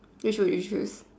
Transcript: which will you choose